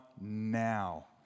now